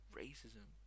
racism